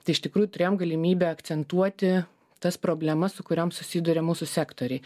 tai iš tikrųjų turėjom galimybę akcentuoti tas problemas su kuriom susiduria mūsų sektoriai